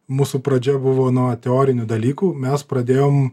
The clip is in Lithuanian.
mūsų pradžia buvo nuo teorinių dalykų mes pradėjom